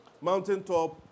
mountaintop